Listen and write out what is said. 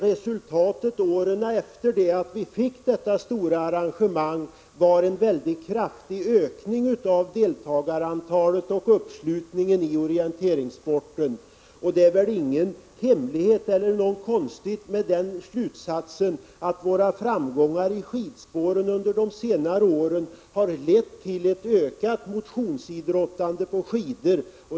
Resultatet åren efter det vi fick detta stora arrangemang var en mycket kraftig ökning av deltagarantalet i och uppslutningen kring orienteringssporten. Det är väl ingen hemlighet att våra framgångar i skidspåren de senaste åren harlett till ökat motionsidrottande på skidor.